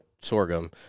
sorghum